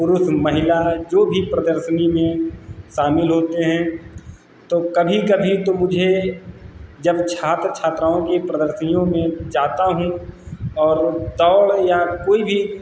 पुरुष महिला जो भी प्रदर्शनी में शामिल होते हैं तो कभी कभी तो मुझे जब छात्र छात्राओं के प्रदर्शनियों में जाता हूँ और तौड़ या कोई भी